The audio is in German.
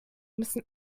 müssen